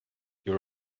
you